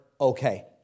okay